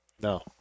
no